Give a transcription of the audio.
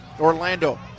orlando